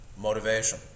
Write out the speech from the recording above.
motivation